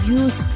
use